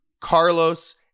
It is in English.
Carlos